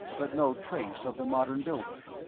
but no trace of the modern builder.